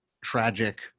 tragic